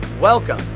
Welcome